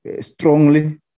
strongly